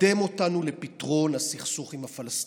יקדם אותנו לפתרון הסכסוך עם הפלסטינים,